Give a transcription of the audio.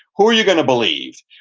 who are you going to believe,